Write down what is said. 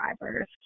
drivers